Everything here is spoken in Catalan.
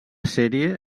sèrie